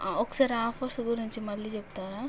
ఒకసారి ఆఫర్స్ గురించి మళ్ళి చెప్తారా